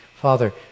Father